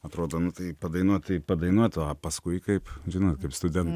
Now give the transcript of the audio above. atrodo tai padainuot tai padainuot o paskui kaip žinome kaip studentai